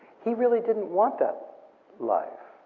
he really didn't want that life.